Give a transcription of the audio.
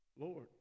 Lord